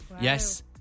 Yes